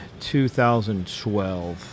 2012